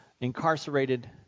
incarcerated